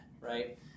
right